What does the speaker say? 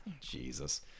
Jesus